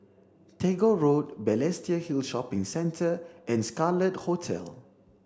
Tagore Road Balestier Hill Shopping Centre and Scarlet Hotel